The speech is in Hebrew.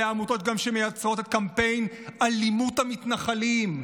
אלה עמותות שגם מייצרות את קמפיין אלימות המתנחלים,